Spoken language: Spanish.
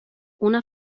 una